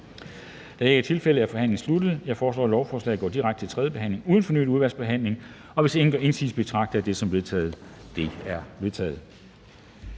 Da det ikke er tilfældet, er forhandlingen slut. Jeg foreslår, at lovforslaget går direkte til tredje behandling uden fornyet udvalgsbehandling. Hvis ingen gør indsigelse, betragter jeg det som vedtaget. Det er vedtaget.